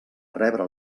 rebre